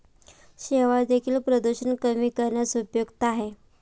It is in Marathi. शेवाळं देखील प्रदूषण कमी करण्यास उपयुक्त आहे